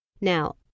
Now